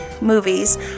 movies